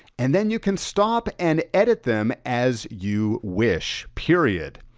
and then you can stop and edit them as you wish, period.